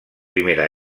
primera